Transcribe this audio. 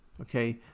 Okay